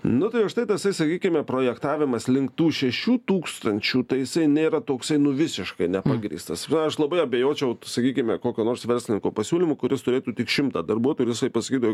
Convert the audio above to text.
nu tai va štai tasai sakykime projektavimas link tų šešių tūkstančių tai jisai nėra toksai nu visiškai nepagrįstas ir aš labai abejočiau sakykime kokio nors verslininko pasiūlymu kuris turėtų tik šimtą darbuotojų ir jisai pasakytų